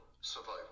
survival